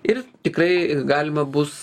ir tikrai galima bus